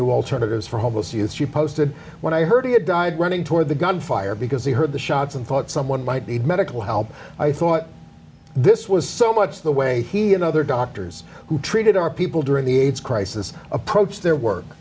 new alternatives for homeless use you posted when i heard he had died running toward the gunfire because he heard the shots and thought someone might need medical help i thought this was so much the way he and other doctors who treated our people during the aids crisis approached their work